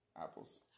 Apples